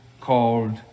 called